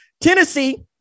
Tennessee